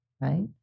right